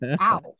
ow